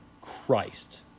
Christ